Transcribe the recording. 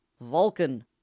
Vulcan